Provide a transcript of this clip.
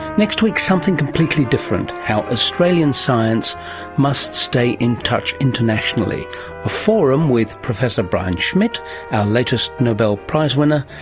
next week, something completely different how australian science must stay in touch internationally, a forum with professor brian schmidt, our latest nobel prize winner,